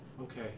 Okay